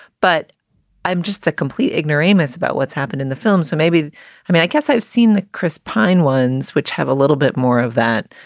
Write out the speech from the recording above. but i'm just a complete ignoramus about what's happened in the film. so maybe i mean, i guess i've seen the chris pine ones, which have a little bit more of that.